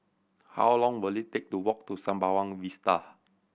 how long will it take to walk to Sembawang Vista